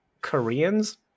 koreans